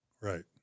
Right